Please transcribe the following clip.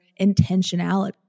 intentionality